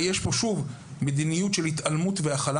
אבל שוב יש פה בחירה במדיניות של התעלמות והכלה,